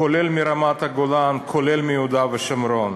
כולל מרמת-הגולן, כולל מיהודה ושומרון.